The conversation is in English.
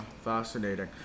fascinating